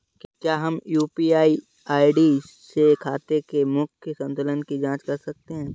क्या हम UPI ID से खाते के मूख्य संतुलन की जाँच कर सकते हैं?